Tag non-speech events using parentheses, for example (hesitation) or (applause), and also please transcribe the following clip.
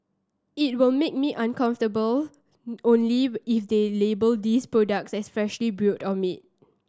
it will make me uncomfortable (hesitation) only if they label these products as freshly brewed or made